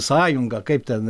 sąjunga kaip ten